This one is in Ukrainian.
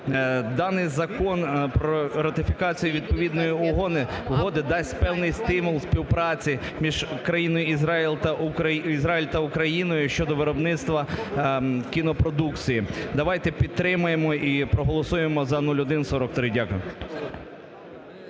Даний закон про ратифікацію відповідної угоди дасть певний стимул співпраці між країною Ізраїль та Україною щодо виробництва кінопродукції. Давайте підтримаємо і проголосуємо за 0143. Дякую.